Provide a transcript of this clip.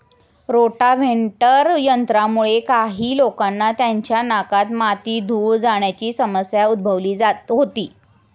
rotavator यंत्रामुळे काही लोकांना त्यांच्या नाकात माती, धूळ जाण्याची समस्या उद्भवली होती